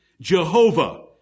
Jehovah